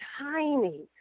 tiny